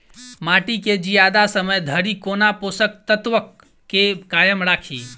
माटि केँ जियादा समय धरि कोना पोसक तत्वक केँ कायम राखि?